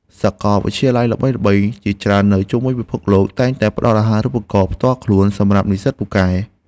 សាកលវិទ្យាល័យល្បីៗជាច្រើននៅជុំវិញពិភពលោកតែងតែផ្តល់អាហារូបករណ៍ផ្ទាល់ខ្លួនសម្រាប់និស្សិតពូកែ។